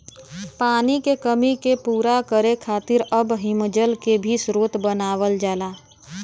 पानी के कमी के पूरा करे खातिर अब हिमजल के भी स्रोत बनावल जाला